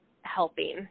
helping